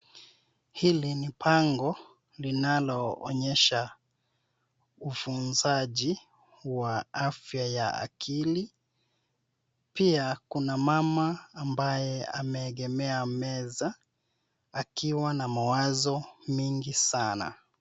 Hili ni bango linalo onyesha ufunzaji wa afya ya akili pia kuna mama ambaye ameegemea meza akiwa na mawazo mingi sana.